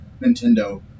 Nintendo